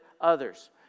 others